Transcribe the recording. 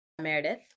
Meredith